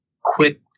quick